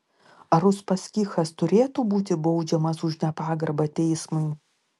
ar uspaskichas turėtų būti baudžiamas už nepagarbą teismui